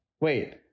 wait